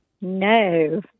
No